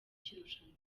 cy’irushanwa